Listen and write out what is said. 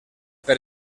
per